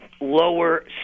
lower